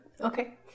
Okay